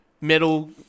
metal